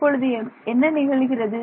இப்பொழுது என்ன நிகழுகிறது